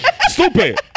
stupid